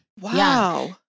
Wow